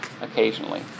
occasionally